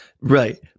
Right